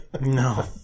No